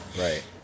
right